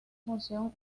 función